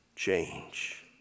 change